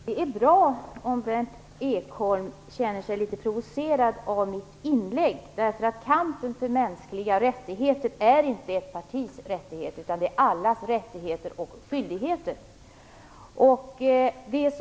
Herr talman! Det är bra, om Berndt Ekholm kände sig litet provocerad av mitt inlägg, därför att kampen för mänskliga rättigheter är inte ett partis rättighet utan det är allas rättigheter och skyldigheter.